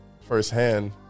firsthand